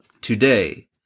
Today